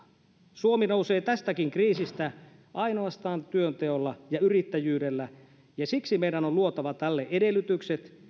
suomi nousee tästäkin kriisistä ainoastaan työnteolla ja yrittäjyydellä ja siksi meidän on luotava tälle edellytykset